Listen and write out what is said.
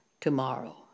tomorrow